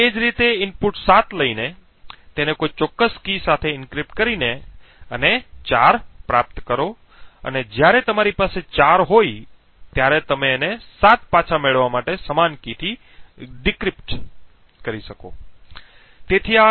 તે જ રીતે ઇનપુટ 7 લઈને તેને કોઈ ચોક્કસ કી સાથે એન્ક્રિપ્ટ કરીને અને 4 પ્રાપ્ત કરો અને જ્યારે તમારી પાસે 4 હોય ત્યારે અમે તેને 7 પાછા મેળવવા માટે સમાન કીથી ડિક્રિપ્ટ કરીએ છીએ